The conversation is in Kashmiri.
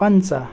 پَنٛژاہ